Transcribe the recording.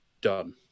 done